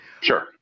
Sure